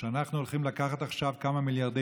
שאנחנו הולכים לקחת עכשיו כמה מיליארדי